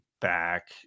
back